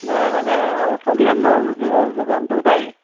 যেনে তেনে আৰু চলি আছো আৰু জীৱনটো দেই